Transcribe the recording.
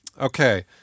Okay